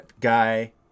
guy